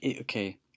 okay